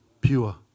pure